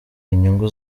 inyungu